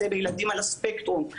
ובילדים על הספקטרום.